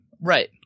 Right